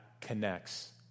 connects